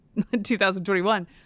2021